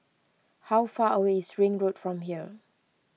how far away is Ring Road from here